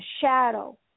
shadow